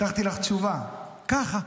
הבטחתי לך תשובה: ככה.